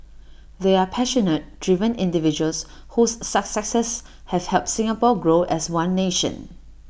they are passionate driven individuals whose successes have helped Singapore grow as one nation